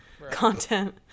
content